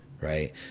Right